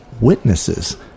witnesses